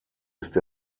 ist